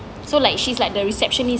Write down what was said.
so like she's like the receptionist